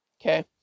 okay